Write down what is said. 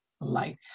light